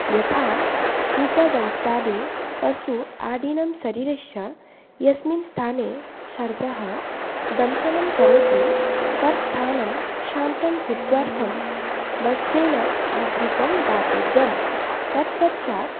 यथा कीटदंष्ट्रादि पशु आदिनं शरीरस्य यस्मिन् स्थाने सर्पः दंशनं करोति तत् स्थानं शान्तं भूत्त्वार्थं वस्त्रेण आवृतं दातव्यं तत्पश्चात्